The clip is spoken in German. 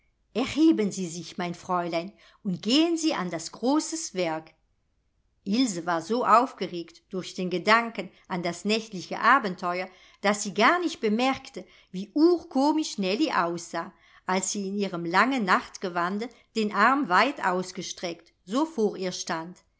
erheben sie sich mein fräulein und gehen sie an das großes werk ilse war so aufgeregt durch den gedanken an das nächtliche abenteuer daß sie gar nicht bemerkte wie urkomisch nellie aussah als sie in ihrem langen nachtgewande den arm weit ausgestreckt so vor ihr stand